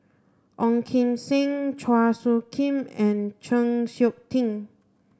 Ong Kim Seng Chua Soo Khim and Chng Seok Tin